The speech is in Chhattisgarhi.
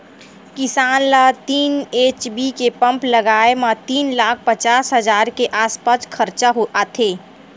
किसान ल तीन एच.पी के पंप लगाए म तीन लाख पचास हजार के आसपास खरचा आथे